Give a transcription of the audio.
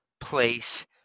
place